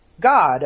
God